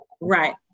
Right